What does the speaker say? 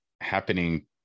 happening